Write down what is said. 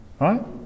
right